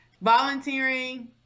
volunteering